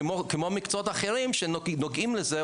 כמו מקצועות אחרים שנוגעים לזה,